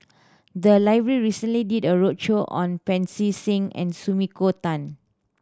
the library recently did a roadshow on Pancy Seng and Sumiko Tan